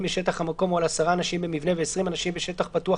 בשטח המקום או ל-10 אנשים במבנה ו-20 אנשים בשטח פתוח